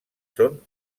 són